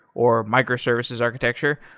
or microservices architecture,